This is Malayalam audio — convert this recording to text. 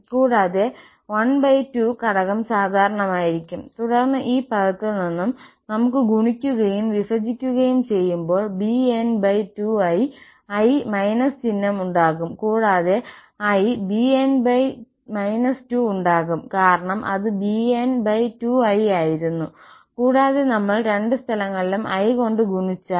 കൂടാതെ 12 ഘടകം സാധാരണമായിരിക്കും തുടർന്ന് ഈ പദത്തിൽ നിന്നും നമുക്ക് ഗുണിക്കുകയും വിഭജിക്കുകയും ചെയ്യുമ്പോൾ bn2i by i − ചിഹ്നം ഉണ്ടാകും കൂടാതെ i തവണ bn 2 ഉണ്ടാകും കാരണം അത് bn2i ആയിരുന്നു കൂടാതെ നമ്മൾ രണ്ട് സ്ഥലങ്ങളിലും i കൊണ്ട് ഗുണിച്ചാൽ